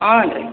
ಹಾಂ ರೀ